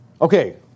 Okay